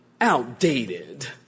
outdated